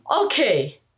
okay